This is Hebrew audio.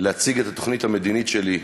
מאז זכיתי להציג את התוכנית המדינית שלי,